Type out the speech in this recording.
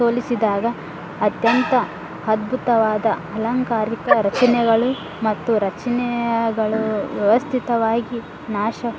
ಸೋಲಿಸಿದಾಗ ಅತ್ಯಂತ ಅದ್ಭುತವಾದ ಅಲಂಕಾರಿಕ ರಚನೆಗಳು ಮತ್ತು ರಚನೆಗಳು ವ್ಯವಸ್ಥಿತವಾಗಿ ನಾಶ